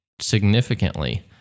significantly